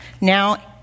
Now